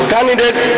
Candidate